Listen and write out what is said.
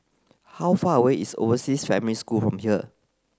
how far away is Overseas Family School from here